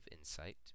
insight